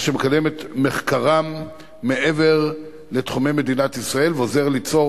מה שמקדם את מחקרם מעבר לתחומי מדינת ישראל ועוזר ליצור